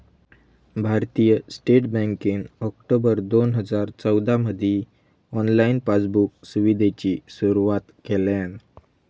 भारतीय स्टेट बँकेन ऑक्टोबर दोन हजार चौदामधी ऑनलाईन पासबुक सुविधेची सुरुवात केल्यान